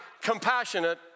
compassionate